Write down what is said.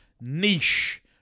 niche